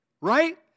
Right